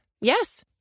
Yes